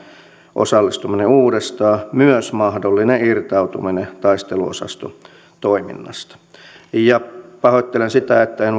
osallistuminen uudestaan myös mahdollinen irtautuminen taisteluosastotoiminnasta pahoittelen sitä että en